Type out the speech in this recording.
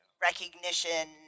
Recognition